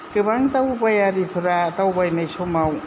गोबां दावबायारिफोरा दावबायनाय समाव